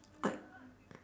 like